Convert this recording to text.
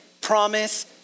promise